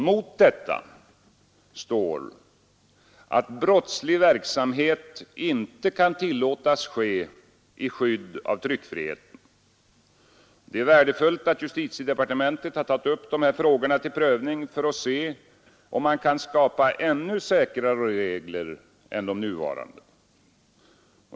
Mot detta står att brottslig verksamhet inte kan tillåtas ske i skydd av tryckfriheten. Det är värdefullt att justitiedepartementet tagit upp dessa frågor till prövning för att se om man kan skapa ännu säkrare regler än de nuvarande.